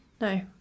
No